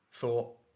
Thought